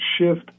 shift